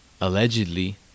allegedly